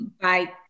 bye